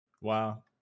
wow